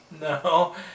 No